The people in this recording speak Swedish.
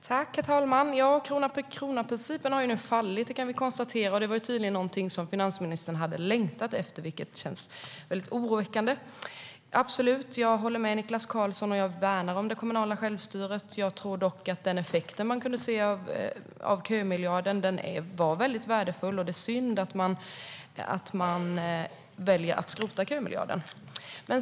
Herr talman! Krona-för-krona-principen har nu fallit; det kan vi konstatera. Det var tydligen någonting som finansministern hade längtat efter, vilket känns oroväckande. Jag håller absolut med Niklas Karlsson när det gäller det kommunala självstyret. Jag värnar det. Jag tror dock att den effekt man kunde se av kömiljarden var värdefull, och det är synd att man väljer att skrota den.